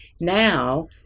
Now